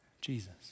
Jesus